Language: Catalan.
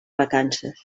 vacances